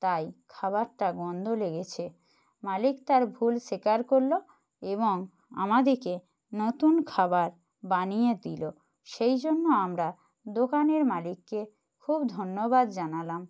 তাই খাবারটা গন্ধ লেগেছে মালিক তার ভুল স্বীকার করলো এবং আমাদিকে নতুন খাবার বানিয়ে দিলো সেই জন্য আমরা দোকানের মালিককে খুব ধন্যবাদ জানালাম